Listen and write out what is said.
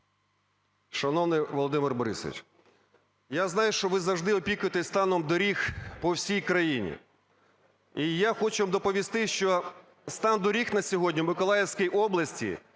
Шановний Володимир Борисович, я знаю, що ви завжди опікуєтесь станом доріг по всій країні. І я хочу вам доповісти, що стан доріг на сьогодні в Миколаївській області,